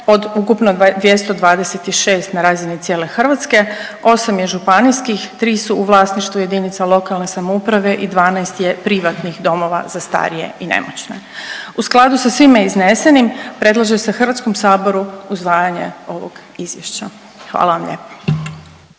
od ukupno 226 na razini cijele Hrvatske. 8 je županijskih, 3 su u vlasništvu jedinica lokalne samouprave i 12 je privatnih domova za starije i nemoćne. U skladu sa svime iznesenim predlaže se Hrvatskom saboru usvajanje ovog izvješća. Hvala vam lijepo.